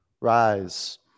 rise